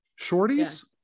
shorties